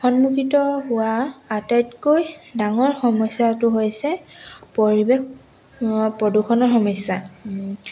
সন্মুখীত হোৱা আটাইতকৈ ডাঙৰ সমস্যাটো হৈছে পৰিৱেশ প্ৰদূষণৰ সমস্যা